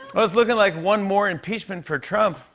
it's looking like one more impeachment for trump.